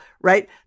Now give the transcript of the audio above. right